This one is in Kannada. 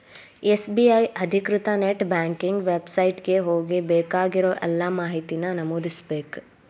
ಎಸ್.ಬಿ.ಐ ಅಧಿಕೃತ ನೆಟ್ ಬ್ಯಾಂಕಿಂಗ್ ವೆಬ್ಸೈಟ್ ಗೆ ಹೋಗಿ ಬೇಕಾಗಿರೋ ಎಲ್ಲಾ ಮಾಹಿತಿನ ನಮೂದಿಸ್ಬೇಕ್